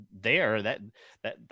there—that—that